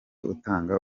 utanga